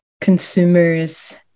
consumers